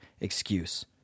excuse